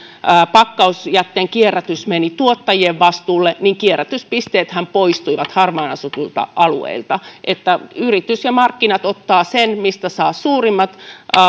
pak kausjätteen kierrätys meni tuottajien vastuulle niin kierrätyspisteethän poistuivat harvaan asutuilta alueilta yritys ja markkinat ottavat sen mistä saa suurimmat